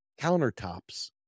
countertops